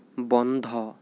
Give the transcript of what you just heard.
বন্ধ